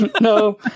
No